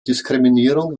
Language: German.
diskriminierung